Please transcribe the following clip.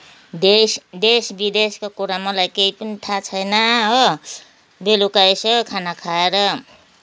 देश देश विदेशका कुरा मलाई केही पनि थाहा छैन हो बेलुका यसो खाना खाएर